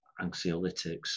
anxiolytics